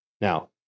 now